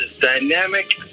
dynamic